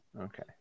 Okay